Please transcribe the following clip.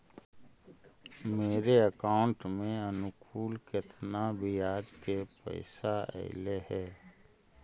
मेरे अकाउंट में अनुकुल केतना बियाज के पैसा अलैयहे?